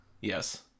Yes